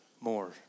more